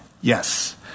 Yes